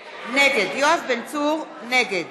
צור, נגד